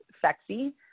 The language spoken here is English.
sexy